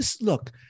Look